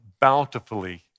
bountifully